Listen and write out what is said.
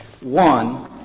One